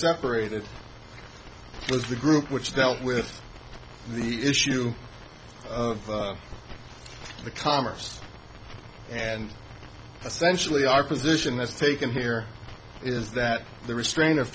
separated was the group which dealt with the issue of the commerce and essentially our position that's taken here is that the restraint of